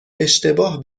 اشتباه